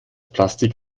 plastik